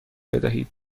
بدهید